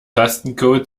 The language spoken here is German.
tastencode